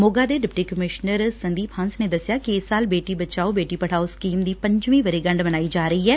ਮੋਗਾ ਦੇ deputy commissioner Sandeep Hans ਨੇ ਦੱਸਿਆ ਕਿ ਇਸ ਸਾਲ ਬੇਟੀ ਬਚਾਓ ਬੇਟੀ ਪੜ੍ਹਾਓ ਸਕੀਮ ਦੀ ਪੰਜਵੀ ਵਰੇਗੰਢ ਮਨਾਈ ਜਾ ਰਹੀ ਐ